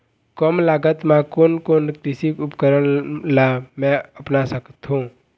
कम लागत मा कोन कोन कृषि उपकरण ला मैं अपना सकथो?